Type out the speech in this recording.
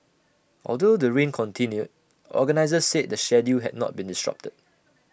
although the rain continued organisers said the schedule had not been disrupted